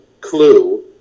clue